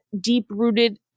deep-rooted